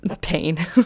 pain